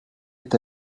est